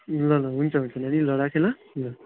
ल ल हुन्छ हुन्छ नानी ल राखेँ ल ल